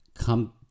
come